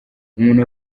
umuntu